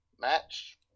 match